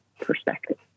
perspective